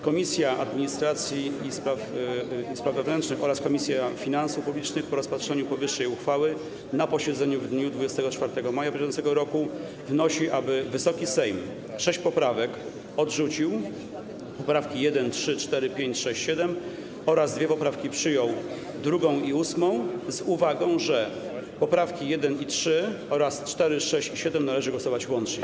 Komisja Administracji i Spraw Wewnętrznych oraz Komisja Finansów Publicznych po rozpatrzeniu powyższej uchwały na posiedzeniu w dniu 24 maja br. roku wnosi, aby Wysoki Sejm sześć poprawek odrzucił, poprawki 1., 3., 4., 5., 6. i 7. oraz dwie poprawki przyjął - 2. i 8., z uwagą, że nad poprawkami 1. i 3. oraz 4., 6. i 7. należy głosować łącznie.